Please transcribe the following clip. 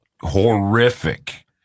horrific